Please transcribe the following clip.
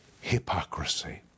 hypocrisy